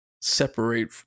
separate